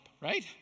right